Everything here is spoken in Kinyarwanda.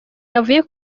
navuye